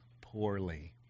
poorly